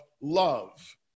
love